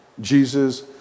Jesus